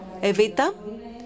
Evita